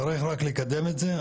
צריך רק לקדם את זה.